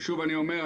ושוב אני אומר,